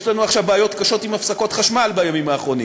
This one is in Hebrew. יש לנו בעיות קשות של הפסקות חשמל בימים האחרונים,